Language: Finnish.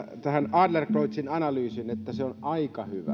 adlercreutzin analyysiin että se on aika hyvä